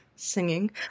singing